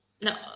no